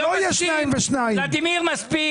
מסבירים לך.